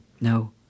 No